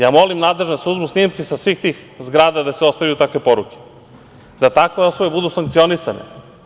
Ja molim nadležne da se uzmu snimci sa svih tih zgrada gde se ostavljaju takve poruke, da takve osobe budu sankcionisane.